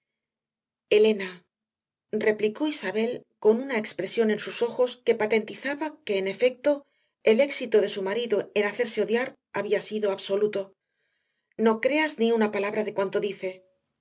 elena replicó isabel con una expresión en sus ojos que patentizaba que en efecto el éxito de su marido en hacerse odiar había sido absoluto no creas ni una palabra de cuanto dice